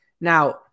Now